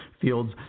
fields